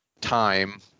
time